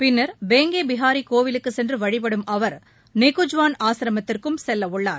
பின்னர் பேங்கே பிகாரி கோயிலுக்குச் சென்று வழிபடும் அவர் நிக்குஜ்வன் ஆசிரமித்திற்கும் செல்லவுள்ளார்